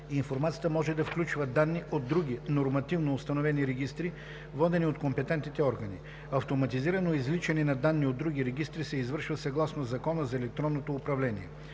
Информацията може да включва данни от други нормативно установени регистри, водени от компетентните органи. Автоматизирано извличане на данни от други регистри се извършва съгласно Закона за електронното управление.